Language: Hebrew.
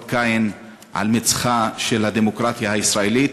קין על מצחה של הדמוקרטיה הישראלית.